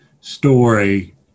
story